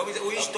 הוא איש טוב.